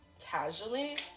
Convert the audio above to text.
casually